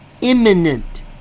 imminent